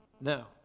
Now